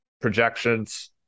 projections